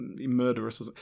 murderous